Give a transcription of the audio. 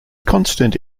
constant